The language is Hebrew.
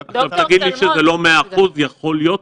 אתה תגיד לי שזה לא 100% - יכול להיות,